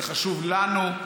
זה חשוב לנו,